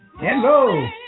Hello